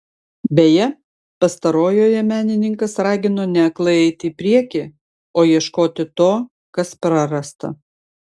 beje pastarojoje menininkas ragino ne aklai eiti į priekį o ieškoti to kas prarasta